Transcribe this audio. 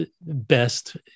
best